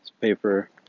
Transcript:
Paper